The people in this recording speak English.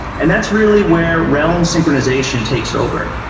and that's really where realm synchronization takes over.